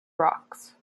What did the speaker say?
rocks